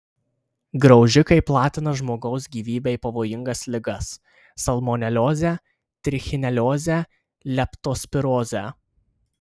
graužikai platina žmogaus gyvybei pavojingas ligas salmoneliozę trichineliozę leptospirozę